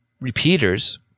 repeaters